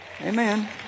Amen